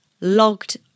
logged